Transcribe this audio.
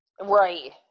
Right